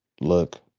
look